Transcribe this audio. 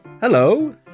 Hello